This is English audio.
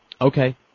Okay